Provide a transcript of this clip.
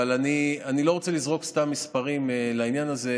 אבל אני לא רוצה לזרוק סתם מספרים בעניין הזה.